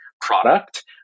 product